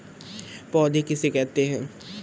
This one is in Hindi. पौध किसे कहते हैं?